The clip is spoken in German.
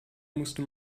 musste